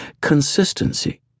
Consistency